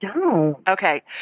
Okay